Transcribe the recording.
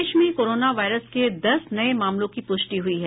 देश में coronavirus के दस नए मामलों की पुष्टि हुई है